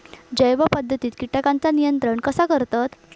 जैव पध्दतीत किटकांचा नियंत्रण कसा करतत?